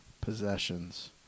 possessions